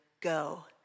go